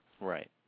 Right